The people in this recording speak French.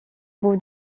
beau